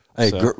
Hey